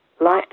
Light